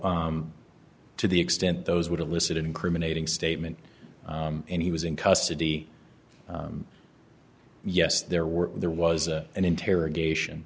to the extent those would elicit incriminating statement and he was in custody yes there were there was an interrogation